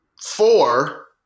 four